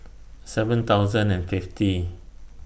seven thousand and fifty